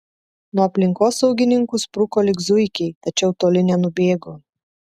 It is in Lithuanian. nuo aplinkosaugininkų spruko lyg zuikiai tačiau toli nenubėgo